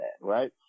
right